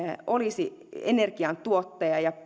olisi energiantuottaja ja